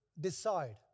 decide